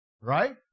Right